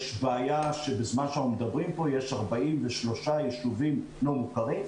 יש 43 יישובים לא מוכרים,